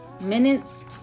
minutes